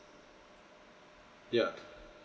yeah